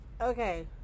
Okay